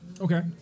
Okay